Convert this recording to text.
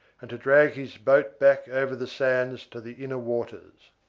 and to drag his boat back over the sands to the inner waters.